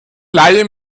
leihe